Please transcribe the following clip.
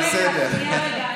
שנייה, רגע.